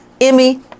Emmy